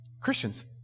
Christians